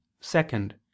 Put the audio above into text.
second